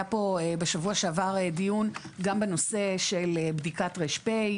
היה פה בשבוע שעבר דיון גם בנושא של בדיקת ר.פ.